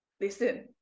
listen